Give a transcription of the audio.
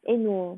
eh no